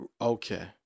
Okay